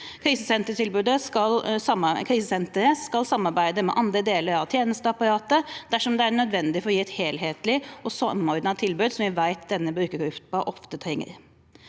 Krisesenteret skal samarbeide med andre deler av tjenesteapparatet dersom det er nødvendig for å gi et helhetlig og samordnet tilbud, som vi vet denne brukergruppen ofte trenger.